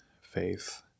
faith